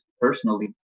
personally